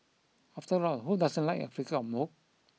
after all who doesn't like a flicker of mope